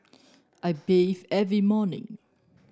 I bathe every morning